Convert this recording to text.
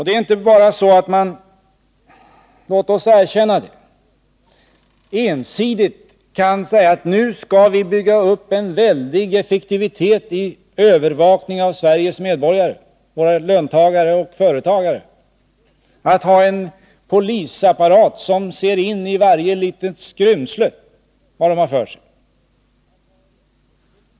Låt oss erkänna att man inte ensidigt kan säga att vi nu skall bygga upp en väldig effektivitet när det gäller övervakningen av Sveriges medborgare — löntagare och företagare —, dvs. ha en polisapparat som ser in i varje litet skrymsle.